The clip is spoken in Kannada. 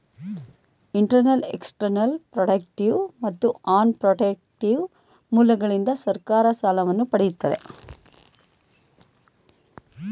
ಇಂಟರ್ನಲ್, ಎಕ್ಸ್ಟರ್ನಲ್, ಪ್ರಾಡಕ್ಟಿವ್ ಮತ್ತು ಅನ್ ಪ್ರೊಟೆಕ್ಟಿವ್ ಮೂಲಗಳಿಂದ ಸರ್ಕಾರ ಸಾಲವನ್ನು ಪಡೆಯುತ್ತದೆ